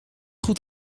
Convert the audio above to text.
goed